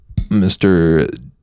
mr